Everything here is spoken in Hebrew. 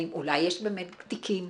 אולי יש באמת תיקים,